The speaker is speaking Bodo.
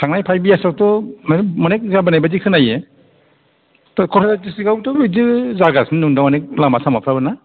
थांनाय फायभ इयार्च आवथ' हो अनेख जाबोनाय बायदि खोनायोथ' क'क्राझार दिस्थ्रिक्टआवथ' बिदिनो जागासिनो दङ दा अनेख लामा सामाफ्राबो ना